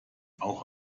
auch